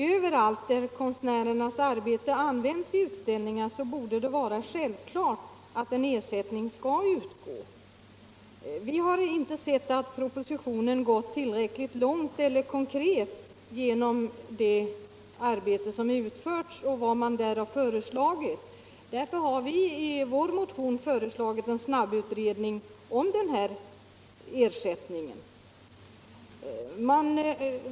Överallt där konstnärernas arbete används i utställningar borde det vara självklart att en ersättning skall utgå. Vi har inte funnit att propositionen gått tillräckligt långt eller varit tillräckligt konkret i sina förslag. Därför har vi i vår motion föreslagit en snabbutredning om denna ersättning.